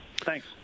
Thanks